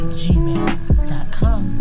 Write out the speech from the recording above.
gmail.com